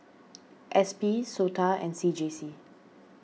S P Sota and C J C